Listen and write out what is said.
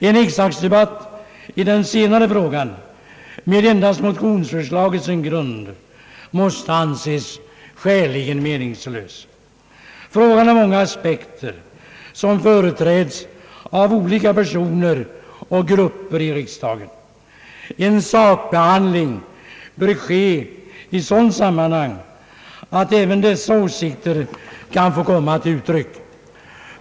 En riksdagsdebatt om den senare frågan med endast motionsförslaget till grund måste anses som skäligen meningslös. Frågan har många aspekter som företräds av olika personer och grupper i riksdagen. En sakbehandling bör ske i ett sådant sammanhang att även dessa åsikter kan få komma till uttryck.